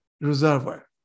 reservoir